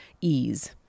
ease